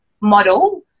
model